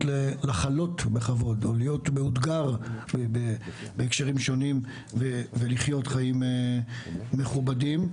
לחלות בכבוד או להיות מאותגר בהקשרים שונים ולחיות חיים מכובדים.